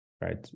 right